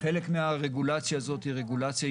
חלק מהרגולציה הזאת היא ישנה,